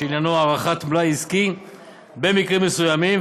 שעניינו הערכת מלאי עסקי במקרים מסוימים,